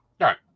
Right